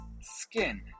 skin